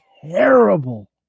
terrible